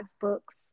books